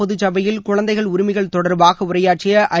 பொதுச்சபையில் குழந்தைகள் உரிமைகள் தொடர்பாக உரையாற்றிய ஐ